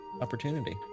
opportunity